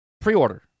pre-order